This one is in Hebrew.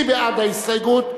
מי בעד ההסתייגות?